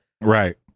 Right